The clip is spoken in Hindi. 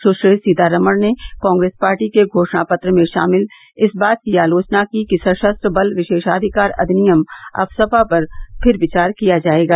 सुश्री सीतारमन ने कांग्रेस पार्टी के घोषणा पत्र में शामिल इस बात की आलोचना की कि सशस्त्र बल विशेषाधिकार अधिनियम आफस्पा पर फिर विचार किया जाएगा